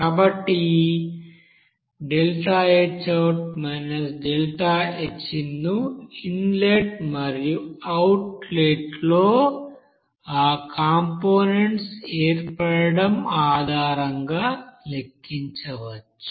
కాబట్టి ఈ ΔHout ΔHin ను ఇన్లెట్ మరియు అవుట్లెట్లో ఆ కంపోనెంట్స్ ఏర్పడటం ఆధారంగా లెక్కించవచ్చు